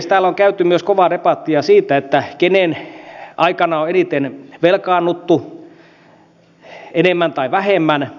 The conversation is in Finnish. täällä on käyty myös kovaa debattia siitä kenen aikana on eniten velkaannuttu enemmän tai vähemmän